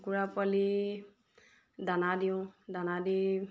কুকুৰা পোৱালি দানা দিওঁ দানা দি